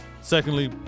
Secondly